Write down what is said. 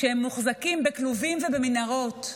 כשהם מוחזקים בכלובים ומנהרות.